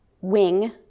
wing